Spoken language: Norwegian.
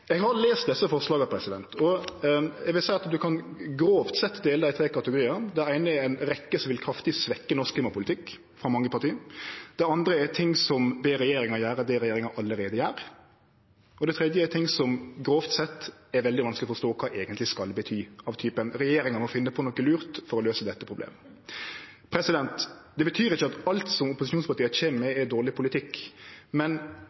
Eg har lese desse forslaga, og eg vil seie at ein grovt sett kan dele dei i tre kategoriar. Det eine er ei rekkje som vil kraftig svekkje norsk klimapolitikk – frå mange parti. Det andre er når ein ber regjeringa gjere det regjeringa allereie gjer. Det tredje er ting som grovt sett er veldig vanskeleg å forstå kva eigentleg skal bety, av typen regjeringa må finne på noko lurt for å løyse dette problemet. Det betyr ikkje at alt som opposisjonspartia kjem med, er dårleg politikk, men